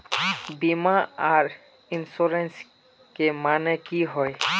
बीमा आर इंश्योरेंस के माने की होय?